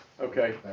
Okay